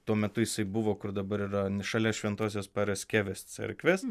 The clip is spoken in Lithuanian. tuo metu jisai buvo kur dabar yra šalia šventosios paraskevės cerkvės